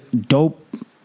dope